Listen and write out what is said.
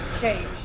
change